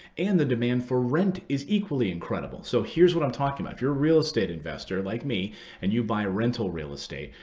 and the demand for rent is equally incredible. so here's what i'm talking about. if you're a real estate investor, like me, and you buy a rental real estate,